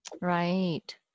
Right